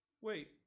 Wait